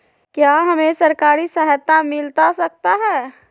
क्या हमे सरकारी सहायता मिलता सकता है?